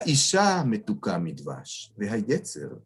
אישה מתוקה מדבש, והייצר.